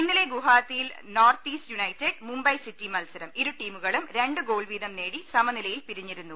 ഇന്നലെ ഗുവാ ഹത്തിയിൽ north east united Mumbai city മത്സരം ഇരു ടീമുകളും രണ്ട് ഗോൾ വീതം നേടി സമനിലയിൽ പിരിഞ്ഞിരുന്നു